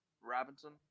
Robinson